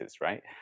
right